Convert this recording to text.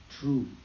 true